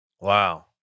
Wow